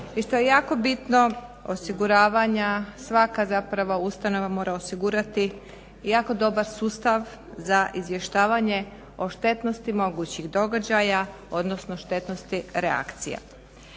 i što je jako bitno osiguravanja, svaka zapravo ustanova mora osigurati jako dobar sustav za izvještavanje o štetnosti mogućih događaja odnosno štetnosti reakcija.